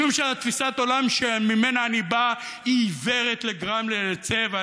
משום שתפיסת העולם שממנה אני בא היא עיוורת לגמרי לצבע,